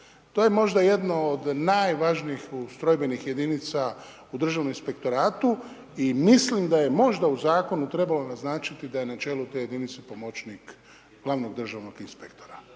To je možda jedno od najvažnijih ustrojbenih jedinica u Državnom inspektoratu i mislim da je možda u zakonu trebalo naznačiti da je na čelu te jedinice pomoćnik glavnog državnog inspektora